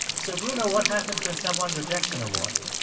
so, bruno, what happens when someone rejects an award?